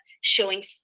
showing